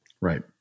right